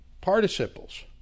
participles